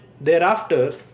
thereafter